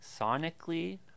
sonically